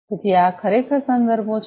તેથી આ આખરે આ સંદર્ભો છે